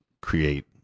create